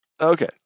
Okay